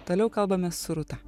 toliau kalbamės su rūta